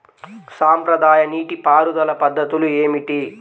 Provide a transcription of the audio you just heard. సాంప్రదాయ నీటి పారుదల పద్ధతులు ఏమిటి?